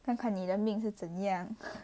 看看你的命是怎样